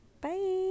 bye